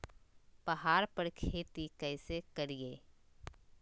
पहाड़ पर खेती कैसे करीये?